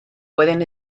pueden